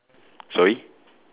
sorry